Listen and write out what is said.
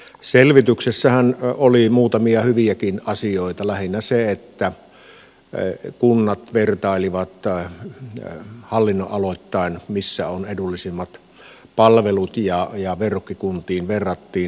selvityksessähän oli muutamia hyviäkin asioita lähinnä se että kunnat vertailivat hallinnonaloittain missä on edullisimmat palvelut ja verrokkikuntiin verrattiin